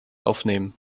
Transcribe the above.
aufnehmen